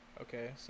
Okay